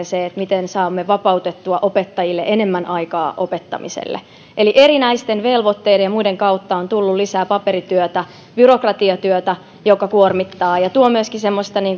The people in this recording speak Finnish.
se miten saamme vapautettua opettajille enemmän aikaa opettamiselle eli erinäisten velvoitteiden ja muiden kautta on tullut lisää paperityötä byrokratiatyötä joka kuormittaa ja tuo myöskin semmoista